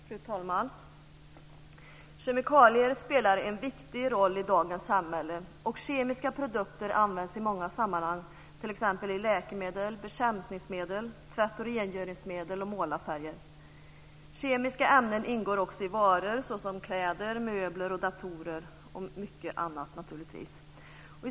Fru talman! Kemikalier spelar en viktig roll i dagens samhälle, och kemiska produkter används i många sammanhang, t.ex. i läkemedel, bekämpningsmedel, tvätt och rengöringsmedel och målarfärger. Kemiska ämnen ingår också i varor såsom kläder, möbler, datorer och naturligtvis mycket annat.